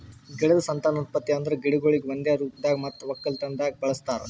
ಗಿಡದ್ ಸಂತಾನೋತ್ಪತ್ತಿ ಅಂದುರ್ ಗಿಡಗೊಳಿಗ್ ಒಂದೆ ರೂಪದಾಗ್ ಮತ್ತ ಒಕ್ಕಲತನದಾಗ್ ಬಳಸ್ತಾರ್